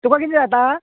तुका किदें जाता